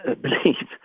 believe